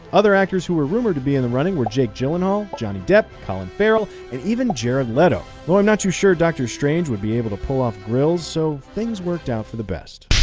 other actors who were rumored be in the running were jake gyllenhaal, johnny depp, colin farrell, and even jared leto. though i'm not too sure doctor strange would be able to pull off grills, so things worked out for the best.